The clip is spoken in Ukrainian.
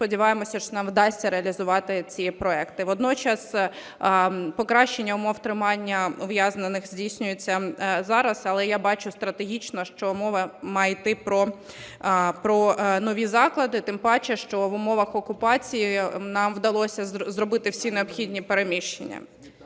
сподіваємося, що нам вдасться реалізувати ці проєкти. Водночас покращення умов тримання ув'язнених здійснюється зараз, але я бачу стратегічно, що мова має йти про нові заклади, тим паче, що в умовах окупації нам вдалося зробити всі необхідні переміщення.